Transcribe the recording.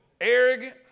arrogant